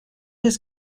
his